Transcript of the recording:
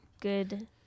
Good